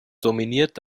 dominiert